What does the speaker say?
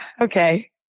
okay